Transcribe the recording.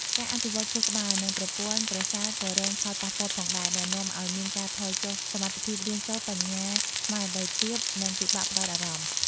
ការអភិវឌ្ឍខួរក្បាល និងប្រព័ន្ធប្រសាទក៏រងផលប៉ះពាល់ផងដែរ ដែលនាំឱ្យមានការថយចុះសមត្ថភាពរៀនសូត្រ បញ្ញាស្មារតីទាប និងពិបាកផ្តោតអារម្មណ៍។